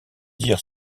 dire